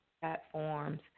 platforms